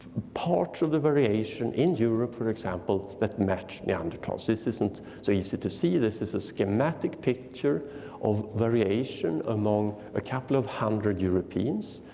part of the variation in europe, for example, that matched neanderthals. this isn't so easy to see, this is a schematic picture of variation among a couple of hundred europeans.